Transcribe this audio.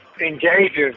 engages